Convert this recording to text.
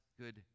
good